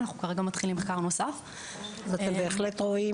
אנחנו כרגע מתחילים מחקר נוסף, ובהחלט רואים